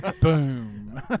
Boom